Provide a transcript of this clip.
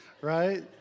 right